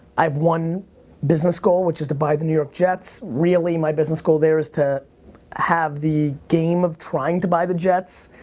have one business goal which is to buy the new york jets. really, my business goal there is to have the game of trying to buy the jets.